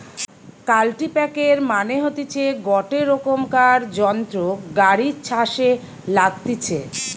কাল্টিপ্যাকের মানে হতিছে গটে রোকমকার যন্ত্র গাড়ি ছাসে লাগতিছে